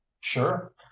sure